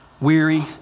weary